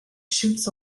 shoots